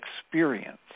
experience